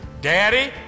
Daddy